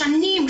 שנים,